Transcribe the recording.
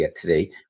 today